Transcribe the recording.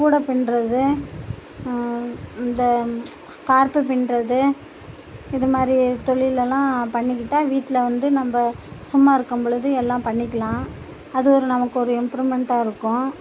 கூடை பின்ணுறது இந்த கார்ப்பு பின்ணுறது இது மாதிரி தொழில் எல்லாம் பண்ணிக்கிட்டால் வீட்டில் வந்து நம்ப சும்மா இருக்கும் பொழுது எல்லாம் பண்ணிக்கலாம் அது ஒரு நமக்கு ஒரு இம்ப்ரூவ்மெண்ட்டாக இருக்கும்